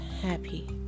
happy